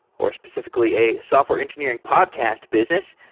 or specifically a software engineering podcast business,